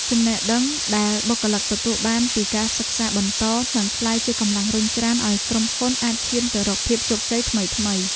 ចំណេះដឹងដែលបុគ្គលិកទទួលបានពីការសិក្សាបន្តនឹងក្លាយជាកម្លាំងរុញច្រានឱ្យក្រុមហ៊ុនអាចឈានទៅរកភាពជោគជ័យថ្មីៗ។